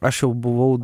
aš jau buvau